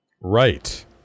Right